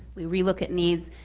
we re-look at needs.